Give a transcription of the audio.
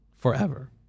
forever